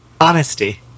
Honesty